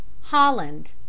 Holland